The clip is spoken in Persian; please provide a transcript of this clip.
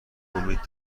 امید